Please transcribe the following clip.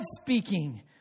speaking